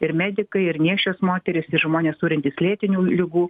ir medikai ir nėščios moterys ir žmonės turintys lėtinių ligų